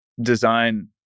design